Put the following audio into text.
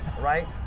right